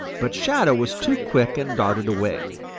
but shadow was too quick and darted away.